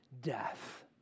death